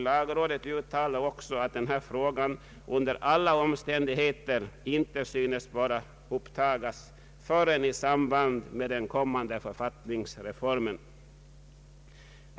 Lagrådet uttalar därför också att denna fråga under alla omständigheter inte synes böra upptagas förrän i samband med den kommande författningsreformen.